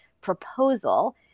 proposal